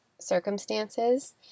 Circumstances